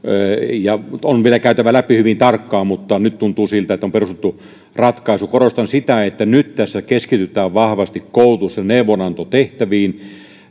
ja on vielä käytävä läpi hyvin tarkkaan mutta nyt tuntuu siltä että se on perusteltu ratkaisu korostan sitä että nyt tässä keskitytään vahvasti koulutus ja neuvonantotehtäviin